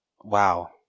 wow